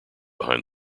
behind